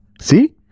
see